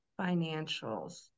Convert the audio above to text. financials